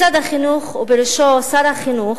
משרד החינוך, ובראשו שר החינוך,